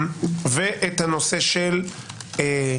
ויש את הנושא של תיקון